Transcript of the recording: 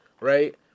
right